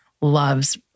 loves